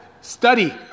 Study